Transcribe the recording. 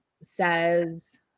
says